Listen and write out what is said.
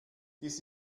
dies